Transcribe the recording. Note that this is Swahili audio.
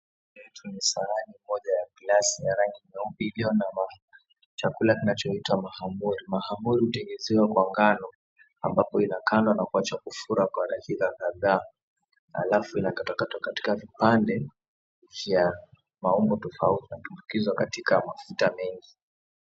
Sahani moja ya glasi ya rangi nyeupe iliyo na chakula kinachoitwa mahamri, mahamri hutengezewa kwa ngano ambayo hukandwa na kuachwa kufura kwa dakika kadhaa halafu inakatwa katika vipande vya maumbo tofauti na kutumbukizwa katika mafuta mengi.